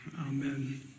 Amen